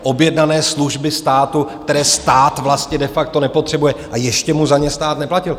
Objednané služby státu, které stát vlastně de facto nepotřebuje, a ještě mu za ně stát neplatil.